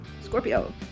Scorpio